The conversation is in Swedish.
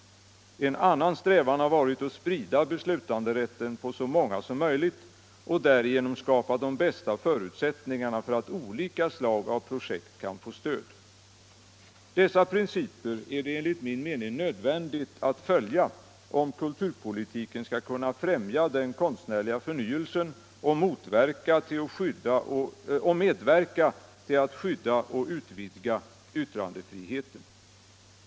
En annan strävan har varit att sprida beslutanderätten på så många som möjligt och därigenom skapa de bästa förutsättningarna för att olika slag av projekt kan få stöd. Dessa principer är det enligt min mening nödvändigt att följa om kulturpolitiken skall kunna främja den konstnärliga förnyelsen och medverka till att skydda och utvidga yttrandefriheten.